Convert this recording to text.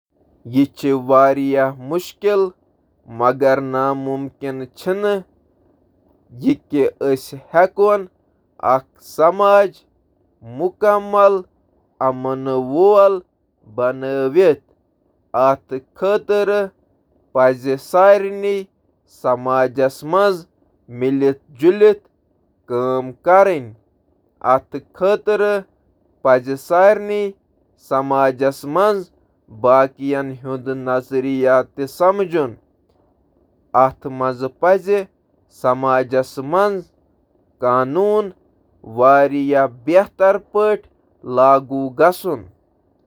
حالانٛکہِ مُکمل امن حٲصِل کرُن ہیکہِ مُشکِل ٲسِتھ، مگر زیادٕ پُر امن دُنیاہس کُن چھِ ترقی کرٕنۍ مُمکِن: